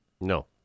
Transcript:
No